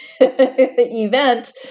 event